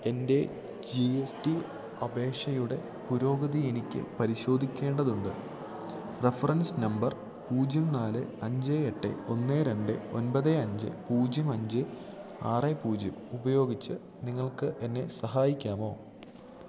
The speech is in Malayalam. എൻ്റെ ജി എസ് ടി അപേക്ഷയുടെ പുരോഗതി എനിക്ക് പരിശോധിക്കേണ്ടതുണ്ട് റഫറൻസ് നമ്പർ പൂജ്യം നാല് അഞ്ച് എട്ട് ഒന്ന് രണ്ട് ഒമ്പത് അഞ്ച് പൂജ്യം അഞ്ച് ആറ് പൂജ്യം ഉപയോഗിച്ച് നിങ്ങൾക്ക് എന്നെ സഹായിക്കാമോ